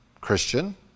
Christian